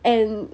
and